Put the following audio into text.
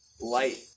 light